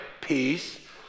peace